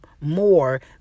more